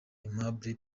aimable